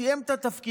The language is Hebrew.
הוא סיים את התפקיד,